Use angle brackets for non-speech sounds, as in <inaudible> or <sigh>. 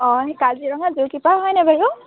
অঁ সেই কাজিৰঙা <unintelligible> হয়নে বাৰু